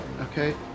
Okay